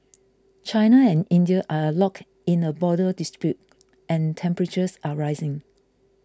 China and India are locked in a border dispute and temperatures are rising